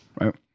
right